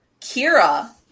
Kira